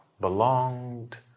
belonged